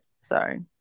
Sorry